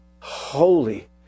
holy